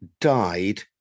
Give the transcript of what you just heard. died